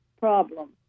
problem